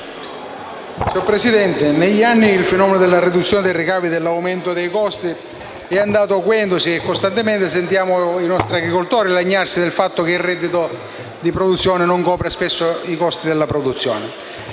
Signor Presidente, negli anni il fenomeno della riduzione dei ricavi e dell'aumento dei costi in agricoltura è andato acuendosi. Costantemente sentiamo i nostri agricoltori lagnarsi del fatto che il reddito da produzione agricola non copre i costi. A partire